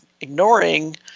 ignoring